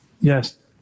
Yes